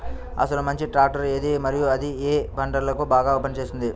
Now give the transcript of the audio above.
అసలు మంచి ట్రాక్టర్ ఏది మరియు అది ఏ ఏ పంటలకు బాగా పని చేస్తుంది?